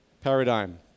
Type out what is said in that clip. paradigm